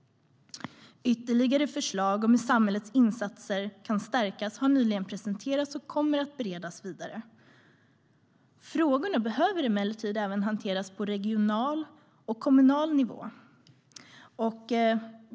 Ytterligare förslag för hur samhällets insatser kan stärkas har nyligen presenterats och kommer att beredas vidare. Frågorna behöver emellertid även hanteras på regional och kommunal nivå.